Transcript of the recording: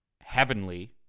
heavenly